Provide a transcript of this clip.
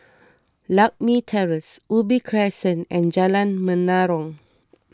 Lakme Terrace Ubi Crescent and Jalan Menarong